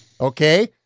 Okay